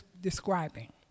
describing